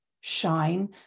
shine